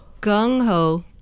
gung-ho